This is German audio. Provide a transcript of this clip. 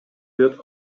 wird